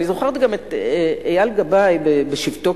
אני זוכרת גם את אייל גבאי, בשבתו